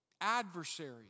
adversaries